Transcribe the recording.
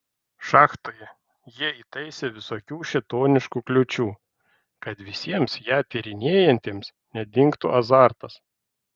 šachtoje jie įtaisė visokių šėtoniškų kliūčių kad visiems ją tyrinėjantiems nedingtų azartas